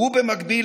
ובמקביל,